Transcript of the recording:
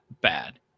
bad